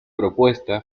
propuesta